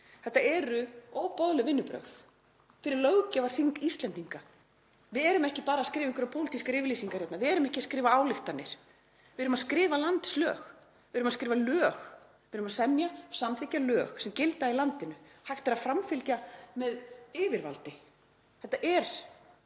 Þetta eru óboðleg vinnubrögð fyrir löggjafarþing Íslendinga. Við erum ekki bara að skrifa einhverjar pólitískar yfirlýsingar hérna, við erum ekki að skrifa ályktanir, við erum að skrifa landslög, við erum að skrifa lög, við erum að semja og samþykkja lög sem gilda í landinu og hægt er að framfylgja með yfirvaldi. Þetta er